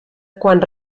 quan